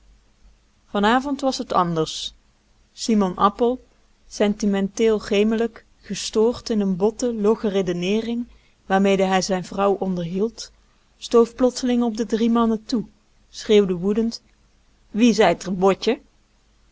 identiteit vanavond was het anders simon appel sentimenteel gemelijk gestoord in een botte logge redeneering waarmede hij zijn vrouw onderhield stoof plotseling op de drie mannen toe schreeuwde woedend wiè zeit r botje